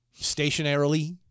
stationarily